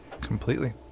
Completely